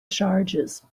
charges